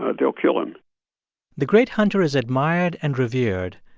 ah they'll kill him the great hunter is admired and revered,